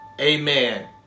amen